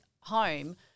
home